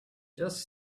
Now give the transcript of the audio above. just